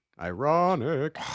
ironic